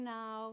now